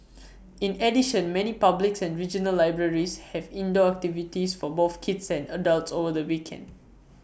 in addition many public's and regional libraries have indoor activities for both kids and adults over the weekend